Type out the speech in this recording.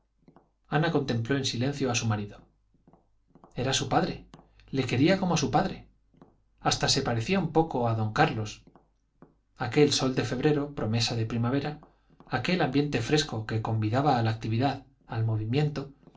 ana contempló en silencio a su marido era su padre le quería como a su padre hasta se parecía un poco a don carlos aquel sol de febrero promesa de primavera aquel ambiente fresco que convidaba a la actividad al movimiento